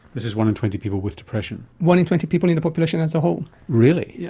this is one in twenty people with depression. one in twenty people in the population as a whole. really? yeah